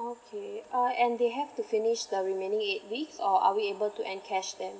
okay uh and they have to finish the remaining eight weeks or are we able to encash then